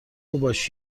ﺧﻮﺭﺩﯾﻢ